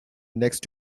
next